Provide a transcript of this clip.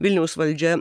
vilniaus valdžia